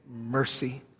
mercy